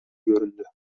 göründü